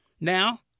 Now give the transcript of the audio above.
Now